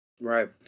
Right